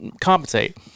compensate